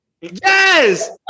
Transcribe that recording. Yes